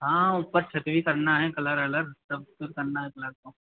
हाँ उस पर छत भी करना है कलर वलर सबको करना है कलर तो